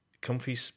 comfy